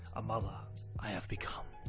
a mother i have become.